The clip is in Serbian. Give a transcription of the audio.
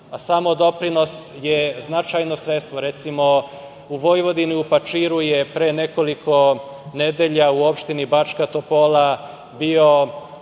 Samodoprinos je značajno sredstvo. Recimo, u Vojvodini, u Pačiru je pre nekoliko nedelja u opštini Bačka Topola bilo